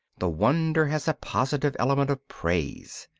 the wonder has a positive element of praise.